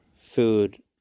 food